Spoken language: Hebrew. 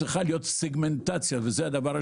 הדבר השני, צריכה להיות סגמנטציה, פילוח